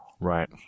Right